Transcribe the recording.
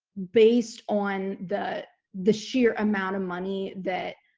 based on the the sheer amount of money that